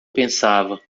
pensava